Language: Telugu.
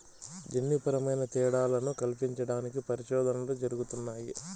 జన్యుపరమైన తేడాలను కల్పించడానికి పరిశోధనలు జరుగుతున్నాయి